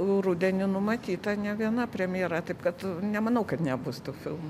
rudenį numatyta ne viena premjera taip kad nemanau kad nebus tų filmų